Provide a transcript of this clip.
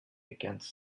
against